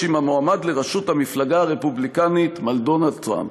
עם המועמד לראשות המפלגה הרפובליקנית מר דונלד טראמפ.